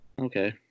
okay